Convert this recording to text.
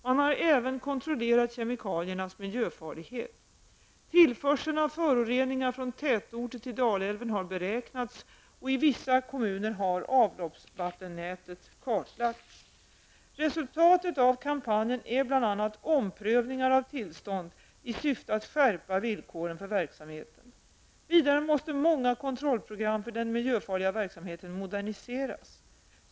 Man har även kontrollerat kemikaliernas miljöfarlighet. Dalälven har beräknats, och i vissa kommuner har avloppsvattennätet kartlagts. Resultatet av kampanjen är bl.a. omprövningar av tillstånd i syfte att skärpa villkoren för verksamheten. Vidare måste många kontrollprogram för den miljöfarliga verksamheten moderniseras.